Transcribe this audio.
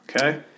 Okay